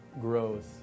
grows